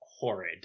horrid